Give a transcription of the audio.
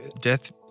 Death